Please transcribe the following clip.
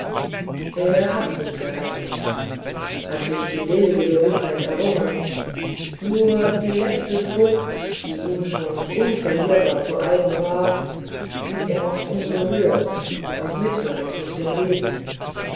er hatte sich gerettet hatte sich die selige gewißheit errungen nur die letzte frucht die ihm schon unverlierbar zu eigen war ließ er noch unberührt aus mitleid mit den wesen